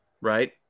right